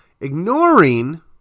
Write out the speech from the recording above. ignoring